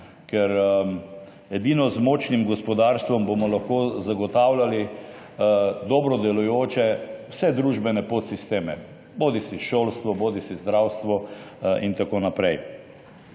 Ker edino z močnim gospodarstvom bomo lahko zagotavljali dobro delujoče vse družbene podsisteme, bodisi šolstvo bodisi zdravstvo in tako naprej.